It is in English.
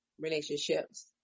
relationships